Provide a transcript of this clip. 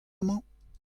amañ